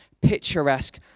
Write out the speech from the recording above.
picturesque